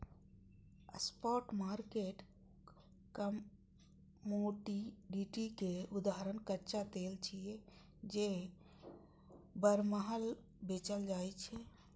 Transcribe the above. spot market commodity के उदाहरण कच्चा तेल छियै, जे बरमहल बेचल जाइ छै